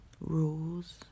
rules